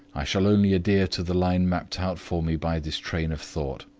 i shall only adhere to the line mapped out for me by this train of thought.